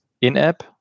in-app